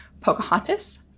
Pocahontas